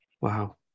Wow